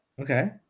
Okay